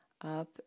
up